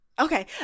okay